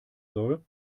soll